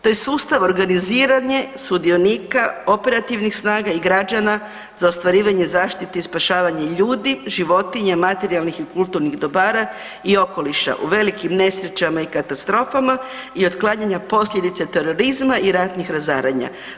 To je sustav, organiziranje sudionika operativnih snaga i građana za ostvarivanje zaštite i spašavanja ljudi, životinja, materijalnih i kulturnih dobara i okoliša u velikim nesrećama i katastrofama i otklanjanja posljedice terorizma i ratnih razaranja.